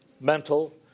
mental